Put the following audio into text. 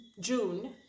june